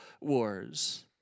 wars